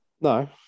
No